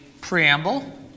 preamble